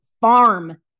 farm